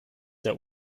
der